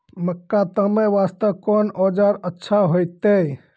मक्का तामे वास्ते कोंन औजार अच्छा होइतै?